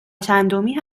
چندمی